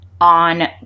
on